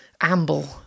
amble